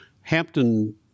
Hampton